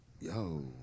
yo